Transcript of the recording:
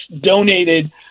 donated